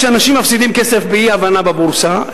כשאנשים מפסידים כסף בשל אי-הבנה בבורסה,